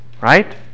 Right